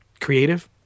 creative